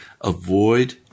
Avoid